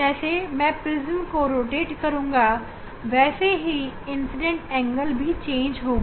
जैसे मैं प्रिज्म को रोटेट करुंगा वैसे ही इंसिडेंट एंगल भी बदलेगा